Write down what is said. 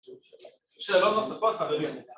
שאלות נוספות חברים?